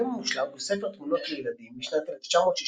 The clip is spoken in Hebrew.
היום המושלג הוא ספר תמונות לילדים משנת 1962